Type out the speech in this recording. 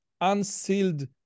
unsealed